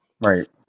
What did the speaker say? Right